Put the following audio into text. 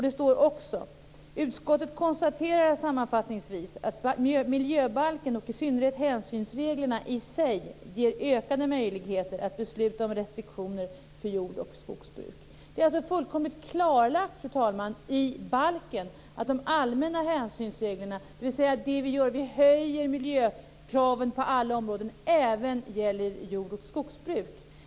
Det står också: "Utskottet konstaterar sammanfattningsvis att miljöbalken och i synnerhet hänsynsreglerna i sig ger ökade möjligheter att besluta om restriktioner för jord och skogsbruket." Fru talman! Det är alltså fullkomligt klarlagt i balken att de allmänna hänsynsreglerna, dvs. att vi höjer miljökraven på alla områden, även gäller jord och skogsbruk.